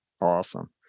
Awesome